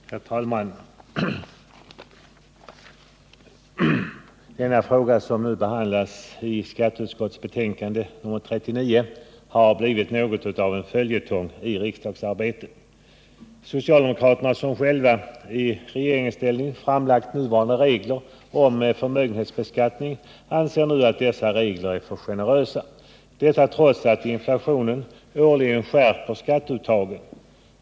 Herr talman! Den fråga som behandlas i skatteutskottets betänkande nr 39 har blivit något av en följetong i riksdagsarbetet. Socialdemokraterna, som själva i regeringsställning framlagt nuvarande regler om förmögenhetsbeskattning, anser nu att dessa regler är för generösa, trots att inflationen årligen skärper skatteuttaget.